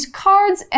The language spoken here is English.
cards